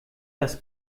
das